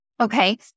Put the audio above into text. Okay